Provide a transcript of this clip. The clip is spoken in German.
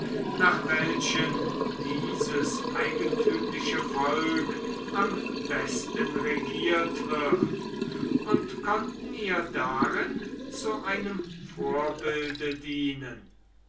nach welchen dieses eigentümliche volk am besten regiert wird und konnten ihr darin zu einem vorbilde dienen